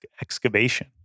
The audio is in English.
excavation